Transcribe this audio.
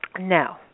No